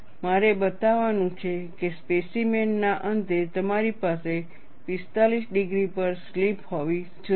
મારે બતાવવાનું છે કે સ્પેસીમેન ના અંતે તમારી પાસે 45 ડિગ્રી પર સ્લિપ હોવી જોઈએ